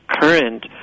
current